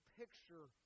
picture